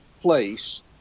place